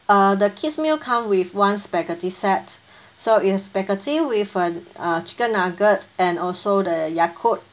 uh the kids meal come with one spaghetti set so it has spaghetti with a uh chicken nuggets and also the yakult